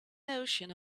notion